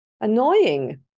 annoying